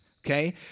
Okay